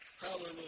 Hallelujah